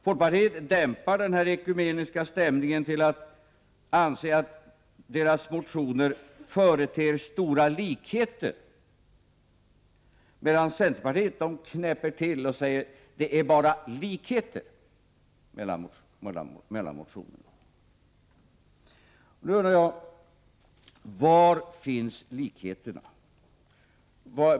Folkpartiet dämpar den här ekumeniska stämningen och anser att de borgerliga partiernas motioner företer stora likheter. Centern däremot knäpper till och säger att det bara finns likheter mellan motionerna. Var finns likheterna?